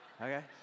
Okay